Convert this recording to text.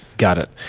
got it.